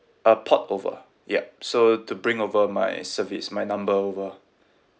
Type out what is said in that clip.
uh port over yup so to bring over my service my number over